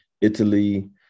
Italy